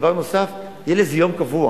דבר נוסף, יהיה לזה יום קבוע.